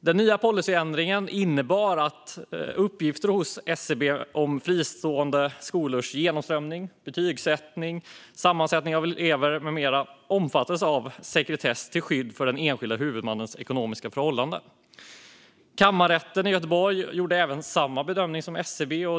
Den nya policyn innebar att uppgifter hos SCB om fristående skolors genomströmning, betygssättning och sammansättning av elever med mera omfattas av sekretess till skydd för den enskilda huvudmannens ekonomiska förhållanden. Kammarrätten i Göteborg gjorde samma bedömning som SCB.